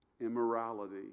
immorality